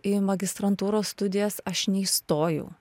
į magistrantūros studijas aš neįstojau